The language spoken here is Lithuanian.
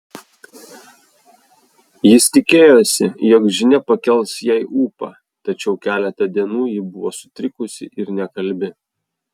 jis tikėjosi jog žinia pakels jai ūpą tačiau keletą dienų ji buvo sutrikusi ir nekalbi